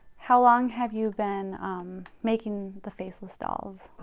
how long have you been making the faceless dolls?